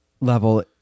level